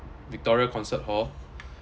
victoria concert hall